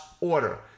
order